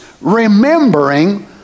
remembering